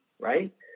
right